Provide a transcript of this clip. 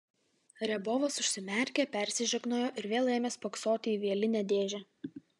riabovas užsimerkė persižegnojo ir vėl ėmė spoksoti į vielinę dėžę